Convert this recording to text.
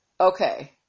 okay